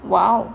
!wow!